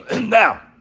Now